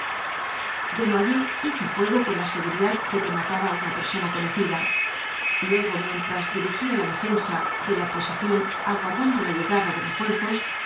desnoyers hizo fuego con la seguridad de que mataba á una persona conocida luego mientras dirigía la defensa de la posición aguardando la llegada de refuerzos